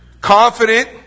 Confident